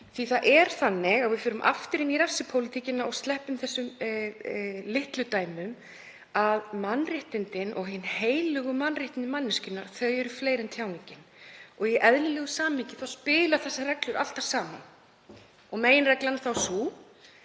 Það er þannig, ef við förum aftur inn í refsipólitíkina og sleppum þessum litlu dæmum, að mannréttindin og hin heilögu mannréttindi manneskjunnar eru fleiri en tjáningin og í eðlilegu samhengi spila þessar reglur alltaf saman. Meginreglan er sú